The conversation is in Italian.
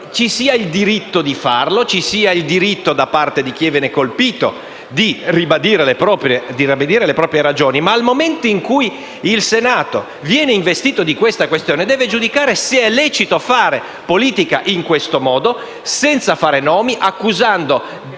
ambienti criminali, vi sia il diritto, da parte di chi viene colpito, di ribadire le proprie ragioni. Nel momento in cui il Senato viene investito di tale questione, deve giudicare se sia lecito fare politica in questo modo, senza fare nomi, accusando